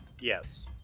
Yes